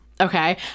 okay